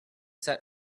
set